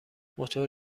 موتور